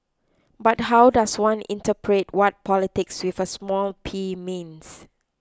but how does one interpret what politics with a small P means